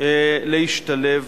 להשתלב